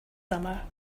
summer